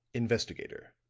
investigator,